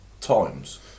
times